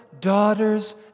daughters